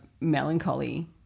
melancholy